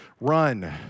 run